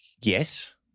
yes